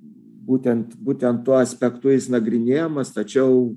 būtent būtent tuo aspektu jis nagrinėjamas tačiau